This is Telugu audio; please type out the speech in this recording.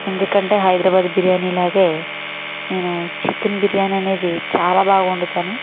ఎందుకంటే హైదరాబాద్ బిర్యానీ లాగే నేను చికెన్ బిర్యానీ అనేది చాలా బాగా వండుతాను